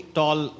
tall